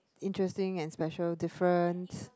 interesting and special different